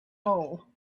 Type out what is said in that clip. hole